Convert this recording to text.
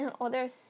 others